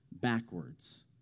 backwards